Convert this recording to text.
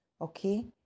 okay